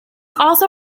also